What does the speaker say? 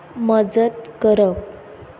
मजत करप